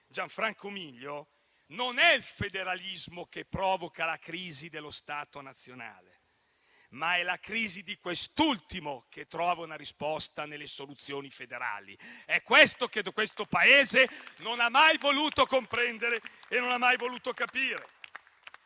Gianfranco Miglio, non è il federalismo a provocare la crisi dello Stato nazionale, ma è la crisi di quest'ultimo che trova una risposta nelle soluzioni federali. È quello che questo Paese non ha mai voluto comprendere.